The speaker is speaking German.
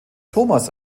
thomas